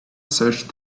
such